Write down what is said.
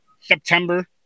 September